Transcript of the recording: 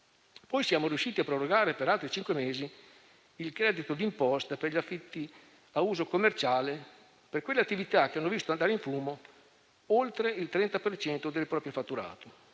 Poi siamo riusciti a prorogare per altri cinque mesi il credito di imposta per gli affitti a uso commerciale per quelle attività che hanno visto andare in fumo oltre il 30 per cento del proprio fatturato.